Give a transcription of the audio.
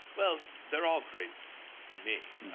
well, they're all greats for me,